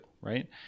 right